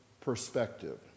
perspective